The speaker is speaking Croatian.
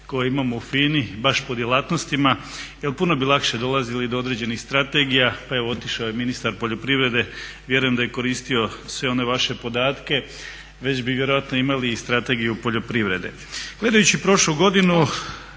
koje imamo u FINA-i baš po djelatnostima jer puno bi lakše dolazili do određenih strategija. Pa evo otišao je ministar poljoprivrede, vjerujem da je koristio sve one vaše podatke već bi vjerojatno imali i Strategiju poljoprivrede.